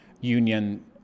union